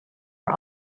for